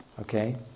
okay